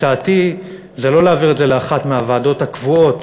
הצעתי זה לא להעביר את זה לאחת הוועדות הקבועות